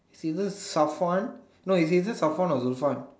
it's either Safwan no it's either Safwan or Zulfan